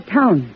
town